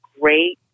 great